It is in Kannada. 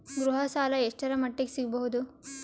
ಗೃಹ ಸಾಲ ಎಷ್ಟರ ಮಟ್ಟಿಗ ಸಿಗಬಹುದು?